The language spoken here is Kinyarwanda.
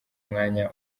mwanya